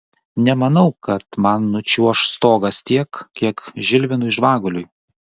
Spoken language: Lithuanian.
nemanau kad man nučiuoš stogas tiek kiek žilvinui žvaguliui